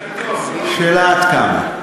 השאלה עד כמה.